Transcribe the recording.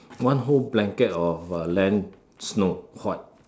one whole blanket of uh land snow white